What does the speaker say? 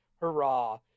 hurrah